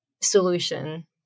solution